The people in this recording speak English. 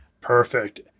Perfect